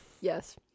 Yes